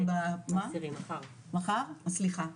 מחר, סליחה.